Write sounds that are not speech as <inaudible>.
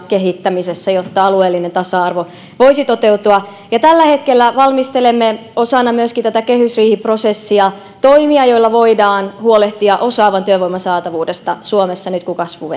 kehittämisessä jotta alueellinen tasa arvo voisi toteutua tällä hetkellä valmistelemme myöskin osana tätä kehysriihiprosessia toimia joilla voidaan huolehtia osaavan työvoiman saatavuudesta suomessa nyt kun kasvu <unintelligible>